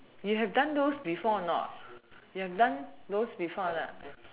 you have done those before or not you have done those before or not